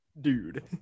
dude